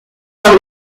par